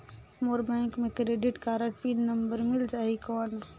मोर bank मे credit card pin number मिल जाहि कौन?